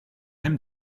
him